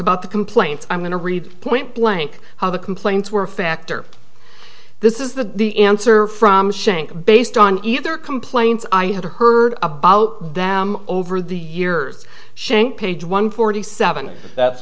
about the complaints i'm going to read point blank how the complaints were a factor this is the answer from shank based on the other complaints i have heard about them over the years shank page one forty seven that's